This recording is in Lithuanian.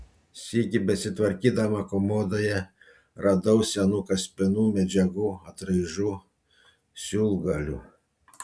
sykį besitvarkydama komodoje radau senų kaspinų medžiagų atraižų siūlgalių